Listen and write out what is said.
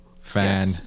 fan